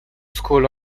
school